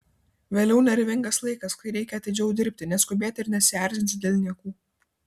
vėliau nervingas laikas kai reikia atidžiau dirbti neskubėti ir nesierzinti dėl niekų